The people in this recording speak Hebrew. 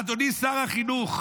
אדוני שר החינוך,